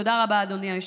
תודה רבה, אדוני היושב-ראש.